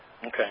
Okay